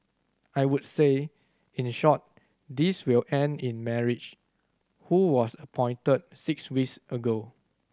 I would say in short this will end in marriage who was appointed six weeks ago